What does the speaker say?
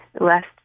last